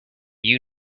you